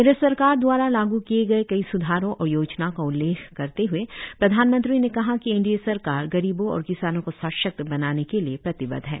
केन्द्र सरकार द्वारा लागू किए गए कई स्धारों और योजनाओं का उल्लेख करते हए प्रधानमंत्री ने कहा कि एनडीए सरकार गरीबों और किसानों को सशक्त बनाने के लिए प्रतिबद्ध है